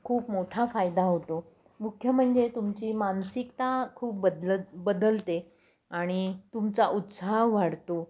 खूप मोठा फायदा होतो मुख्य म्हणजे तुमची मानसिकता खूप बदलत बदलते आणि तुमचा उत्साह वाढतो